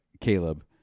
Caleb